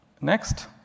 Next